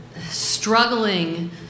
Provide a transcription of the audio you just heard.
struggling